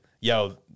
yo